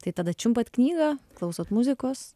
tai tada čiumpat knygą klausot muzikos